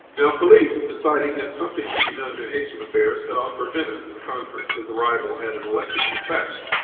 now philip, deciding that something should be done to hasten affairs, sent off for venice and the conference. his arrival had an electric effect.